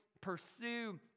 pursue